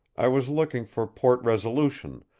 i was looking for port resolution,